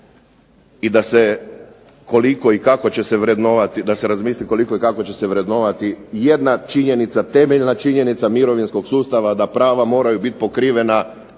da se razmisli koliko i kako će se vrednovati jedna činjenica, temeljna činjenica mirovinskog sustava da prava moraju bit pokrivena